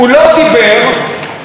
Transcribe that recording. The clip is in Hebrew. על כל הדברים האלה הוא לא דיבר.